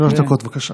שלוש דקות, בבקשה.